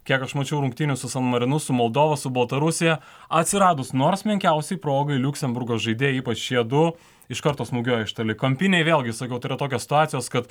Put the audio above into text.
kiek aš mačiau rungtynių su san marinu su moldova su baltarusija atsiradus nors menkiausiai progai liuksemburgo žaidėjai ypač šie du iš karto smūgiuoja iš toli kampiniai vėlgi sakau tai yra tokios situacijos kad